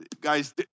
Guys